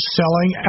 selling